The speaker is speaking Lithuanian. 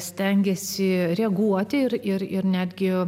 stengiasi reaguoti ir ir ir netgi